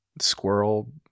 squirrel